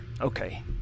Okay